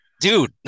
dude